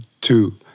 two